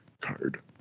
card